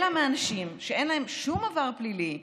אלא מאנשים שאין להם שום עבר פלילי,